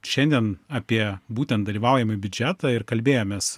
šiandien apie būtent dalyvaujamąjį biudžetą ir kalbėjomės